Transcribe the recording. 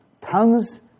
tongues